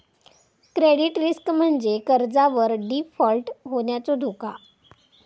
credit risk म्हणजे कर्जावर default होण्याचो धोका